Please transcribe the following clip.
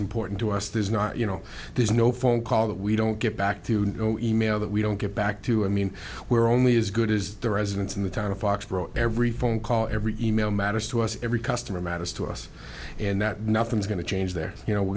important to us there's not you know there's no phone call that we don't get back to you know email that we don't get back to i mean we're only as good as the residents in the town of foxborough every phone call every email matters to us every customer matters to us and that nothing's going to change there you know we're